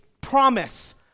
promise